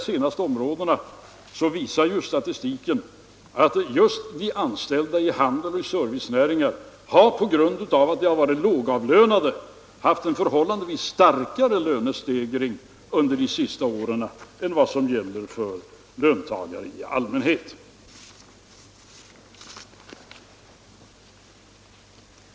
Statistiken visar att just de anställda inom handelsoch servicenäringarna — på grund av att de har varit lågavlönade — haft en förhållandevis starkare lönestegring under de senaste åren än vad som gäller för löntagare i allmänhet.